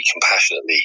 compassionately